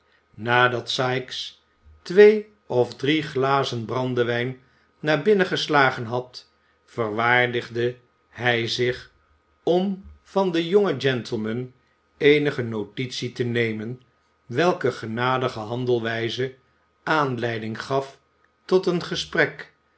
nadat sikes twee of drie glazen brandewijn naar binnen geslagen had verwaardigde hij zich om van de jonge gentleman eenige notitie te nemen welke genadige handelwijze aanleiding gaf tot een gesprek